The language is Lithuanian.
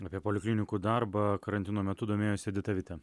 apie poliklinikų darbą karantino metu domėjosi edita vitė